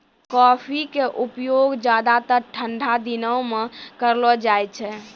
coffee के उपयोग ज्यादातर ठंडा दिनों मॅ करलो जाय छै